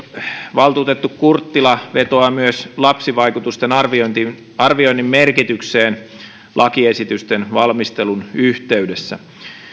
valtuutettu kurttila vetoaa myös lapsivaikutusten arvioinnin merkitykseen lakiesitysten valmistelun yhteydessä